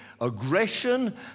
aggression